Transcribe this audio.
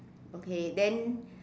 okay then